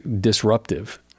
disruptive